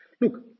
Look